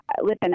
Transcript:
listen